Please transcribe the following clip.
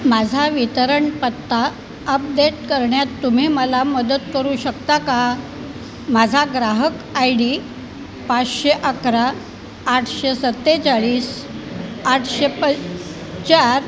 माझा वितरण पत्ता अपडेट करण्यात तुम्ही मला मदत करू शकता का माझा ग्राहक आय डी पाचशे अकरा आठशे सत्तेचाळीस आठशे प चार